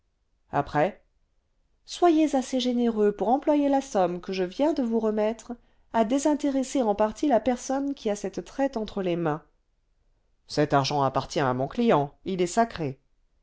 après soyez assez généreux pour employer la somme que je viens de vous remettre à désintéresser en partie la personne qui a cette traite entre les mains cet argent appartient à mon client il est sacré